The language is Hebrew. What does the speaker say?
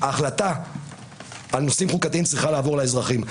ההחלטה על נושאים חוקתיים צריכה לעבור לאזרחים,